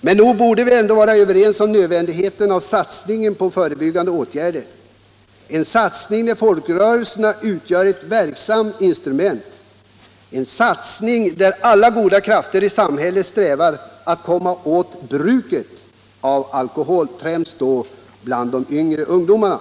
Men nog borde vi kunna vara överens om nödvändigheten av en satsning på förebyggande åtgärder — en satsning där folkrörelserna utgör ett verksamt instrument, en satsning där alla goda krafter i samhället strävar att komma åt bruket av alkohol, främst då bland de yngre ungdomarna.